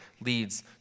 leads